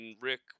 Rick